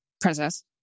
Princess